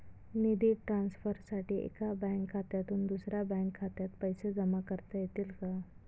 निधी ट्रान्सफरसाठी एका बँक खात्यातून दुसऱ्या बँक खात्यात पैसे जमा करता येतील का?